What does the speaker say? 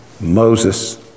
Moses